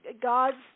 God's